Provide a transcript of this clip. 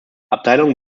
abteilung